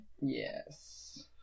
Yes